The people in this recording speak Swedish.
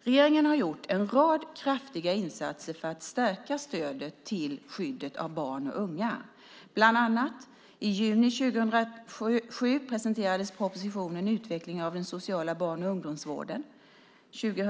Regeringen har gjort en rad kraftiga insatser för att stärka stödet till och skyddet av barn och unga. I juni 2007 presenterades propositionen Utveckling av den sociala barn och ungdomsvården .